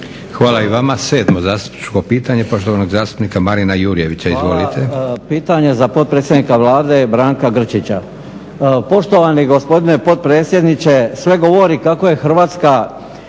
Hvala i vama. Sedmo zastupničko pitanje poštovanog zastupnika Marina Jurjevića. Izvolite. **Jurjević, Marin (SDP)** Hvala. Pitanje za potpredsjednika Vlade Branka Grčića. Poštovani gospodine potpredsjedniče, sve govori kako je Hrvatska